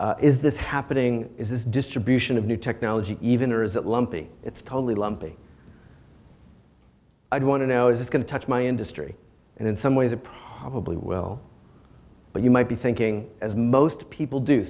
is this happening is this distribution of new technology even or is that lumpy it's totally lumpy i don't want to know if it's going to touch my industry and in some ways it probably will but you might be thinking as most people do